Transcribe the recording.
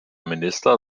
minister